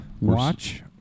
Watch